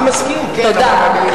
אני מסכים, כן, תודה.